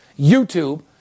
YouTube